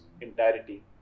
entirety